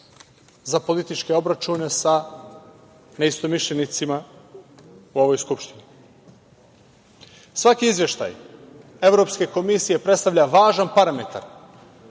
za političke obračune sa neistomišljenicima u ovoj Skupštini. Svaki izveštaj Evropske komisije predstavlja važan parametar